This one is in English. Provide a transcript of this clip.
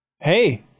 hey